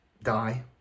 die